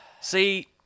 See